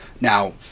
Now